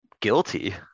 guilty